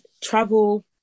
travel